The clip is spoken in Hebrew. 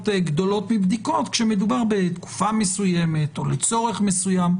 גדולות מבדיקות כשמדובר בתקופה מסוימת או לצורך מסוים.